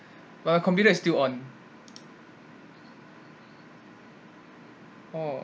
but my computer is still on oh